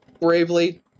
bravely